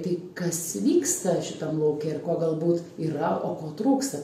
tai kas vyksta šitam lauke ir ko galbūt yra o ko trūksta